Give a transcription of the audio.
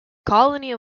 colony